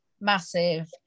massive